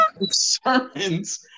sermons